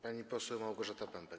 Pani poseł Małgorzata Pępek.